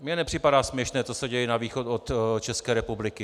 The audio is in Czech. Mně nepřipadá směšné, co se děje na východ od České republiky.